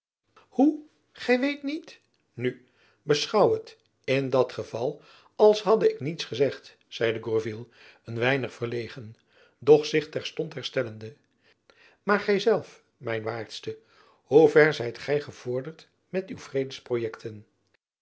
hoe gy weet niet nu beschouw het in dat geval als hadde ik niets gezegd zeide gourville een weinig verlegen doch zich terstond herstellende maar gy zelf mijn waardste hoe ver zijt gy gevorderd met uw